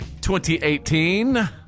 2018